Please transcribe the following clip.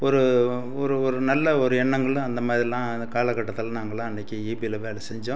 ஒரு ஒரு ஒரு நல்ல ஒரு எண்ணங்கள் தான் அந்த மாதிரிலாம் அந்த காலக்கட்டத்தில் நாங்கள்லாம் அன்னைக்கு இபியில வேலை செஞ்சோம்